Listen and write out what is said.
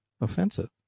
offensive